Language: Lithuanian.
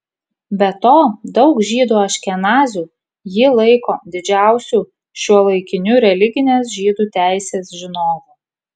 be to daug žydų aškenazių jį laiko didžiausiu šiuolaikiniu religinės žydų teisės žinovu